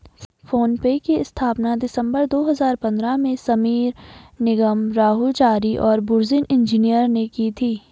phone पे की स्थापना दिसंबर दो हजार पन्द्रह में समीर निगम, राहुल चारी और बुर्जिन इंजीनियर ने की थी